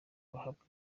bahabwa